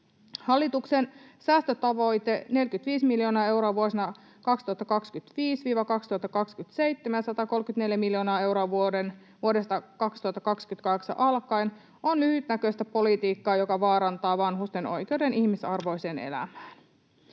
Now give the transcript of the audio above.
Hallituksen säästötavoite, 45 miljoonaa euroa vuosina 2025—2027 ja 134 miljoonaa euroa vuodesta 2028 alkaen, on lyhytnäköistä politiikkaa, joka vaarantaa vanhusten oikeuden ihmisarvoiseen elämään.